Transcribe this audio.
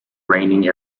reigning